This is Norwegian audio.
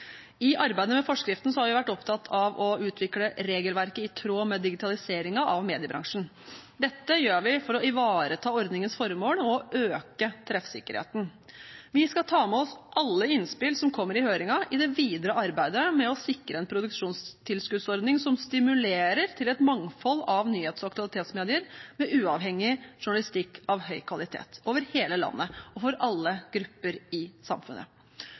I arbeidet med forskriften har vi vært opptatt av å utvikle regelverket i tråd med digitaliseringen av mediebransjen. Dette gjør vi for å ivareta ordningens formål og å øke treffsikkerheten. Vi skal ta med oss alle innspill som kommer i høringen, i det videre arbeidet med å sikre en produksjonstilskuddsordning som stimulerer til et mangfold av nyhets- og aktualitetsmedier med uavhengig journalistikk av høy kvalitet – over hele landet og for alle grupper i samfunnet.